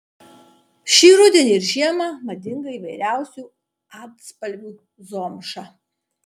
šį rudenį ir žiemą madinga įvairiausių atspalvių zomša